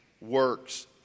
works